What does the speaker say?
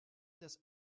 des